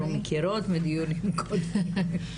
אנחנו מכירות מדיונים קודמים.